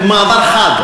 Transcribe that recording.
ובמעבר חד,